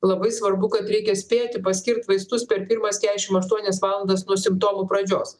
labai svarbu kad reikia spėti paskirt vaistus per pirmas keturiasdešimt aštuonias valandas nuo simptomų pradžios